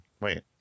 wait